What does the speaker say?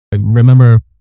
remember